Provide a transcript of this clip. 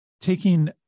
taking